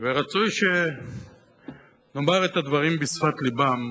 ורצוי שנאמר את הדברים בשפת לבם.